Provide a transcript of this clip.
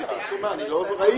הישיבה ננעלה בשעה 10:17.